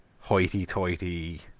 hoity-toity